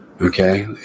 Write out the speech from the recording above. Okay